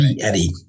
Eddie